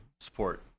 support